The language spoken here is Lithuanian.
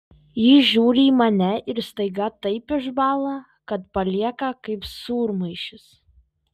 jis žiūri į mane ir staiga taip išbąla kad palieka kaip sūrmaišis